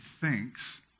thinks